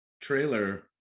trailer